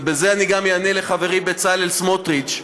ובזה גם אענה לחברי בצלאל סמוטריץ,